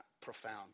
profound